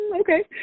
Okay